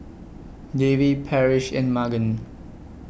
Davy Parrish and Magen